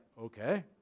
okay